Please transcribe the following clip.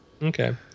Okay